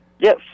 Yes